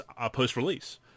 post-release